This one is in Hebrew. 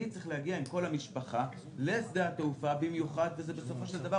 המבוטח צריך להגיע עם כל המשפחה לשדה התעופה במיוחד וזה בסופו של דבר